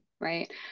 right